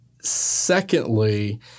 secondly